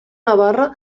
navarra